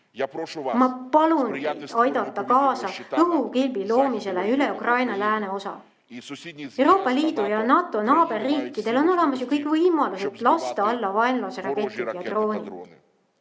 Ma palun teil aidata kaasa õhukilbi loomisele üle Ukraina lääneosa. Euroopa Liidu ja NATO naaberriikidel on olemas ju kõik võimalused lasta alla vaenlase raketid ja droonid.Me